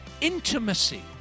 intimacy